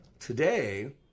Today